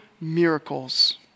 miracles